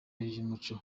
y’umuco